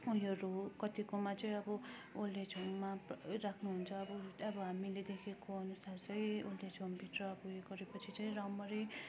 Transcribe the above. उयोहरू कत्तिकोमा चाहिँ अब ओल्ड एज होममा राख्नुहुन्छ अब अब हामीले देखेको अनुसार चाहिँ ओल्ड एज होमभित्र अब यो गरेपछि चाहिँ राम्ररी